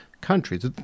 countries